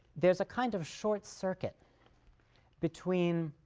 there is a kind of short circuit between